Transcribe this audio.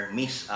miss